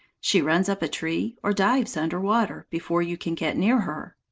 she runs up a tree, or dives under water, before you can get near her.